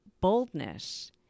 boldness